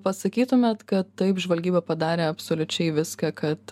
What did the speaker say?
pasakytumėt kad taip žvalgyba padarė absoliučiai viską kad